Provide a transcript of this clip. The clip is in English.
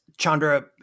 Chandra